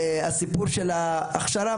לגבי הסיפור של ההכשרה,